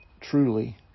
truly